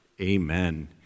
Amen